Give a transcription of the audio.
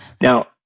Now